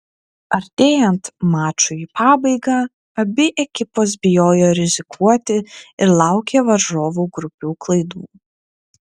artėjant mačui į pabaigą abi ekipos bijojo rizikuoti ir laukė varžovų grubių klaidų